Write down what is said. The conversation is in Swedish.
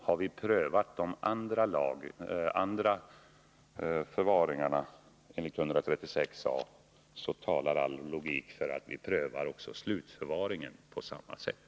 Har vi prövat de andra förvaringarna enligt 136 a§ talar all logik för att vi prövar också slutförvaringen på samma sätt.